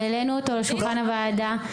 העלינו אותו על שולחן הוועדה.